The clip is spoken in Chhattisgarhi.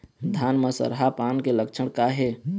धान म सरहा पान के लक्षण का हे?